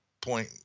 point